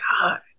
God